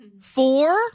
four